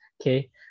okay